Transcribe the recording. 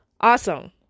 Awesome